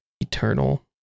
eternal